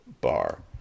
bar